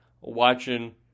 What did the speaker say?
watching